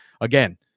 again